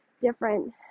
different